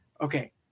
Okay